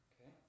Okay